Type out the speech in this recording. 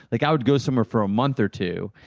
like i would go somewhere for a month or two,